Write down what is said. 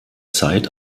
zeit